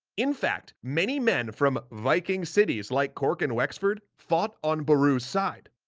in fact, many men from viking cities like cork and wexford, fought on beru's side.